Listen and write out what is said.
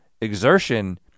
exertion